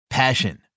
Passion